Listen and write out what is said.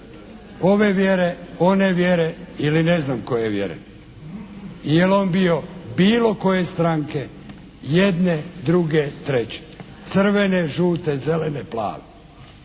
ove vjere, one vjere ili ne znam koje vjere. Jel' on bio bilo koje stranke, jedne, druge, treće, crvene, žute, zelene, plave.